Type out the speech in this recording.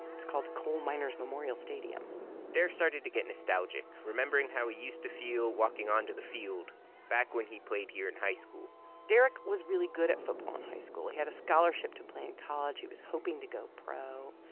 it's called coal miners' memorial stadium derek started to get nostalgic remembering how he used to feel walking onto the field back when he played here in high school derek was really good at football in high school. he had a scholarship to play in college. he was hoping to go pro.